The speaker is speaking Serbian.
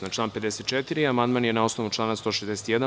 Na član 54. amandman je na osnovu član 161.